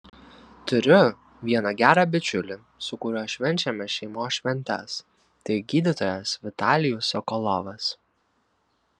turiu vieną gerą bičiulį su kuriuo švenčiame šeimos šventes tai gydytojas vitalijus sokolovas